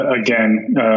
again